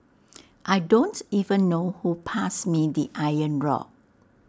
I don't even know who passed me the iron rod